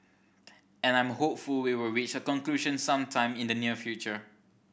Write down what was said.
and I'm hopeful we will reach a conclusion some time in the near future